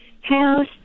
house